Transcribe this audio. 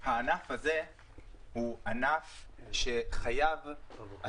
השיח על הענף הזה חייב להשתנות.